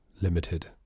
limited